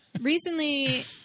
recently